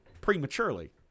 prematurely